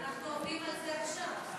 אנחנו עובדים על זה עכשיו.